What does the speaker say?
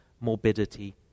morbidity